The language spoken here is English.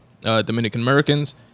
Dominican-Americans